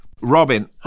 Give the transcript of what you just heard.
Robin